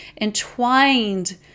entwined